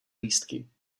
lístky